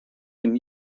him